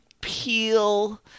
peel